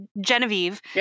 Genevieve